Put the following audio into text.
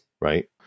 right